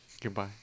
goodbye